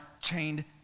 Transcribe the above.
chained